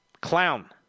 Clown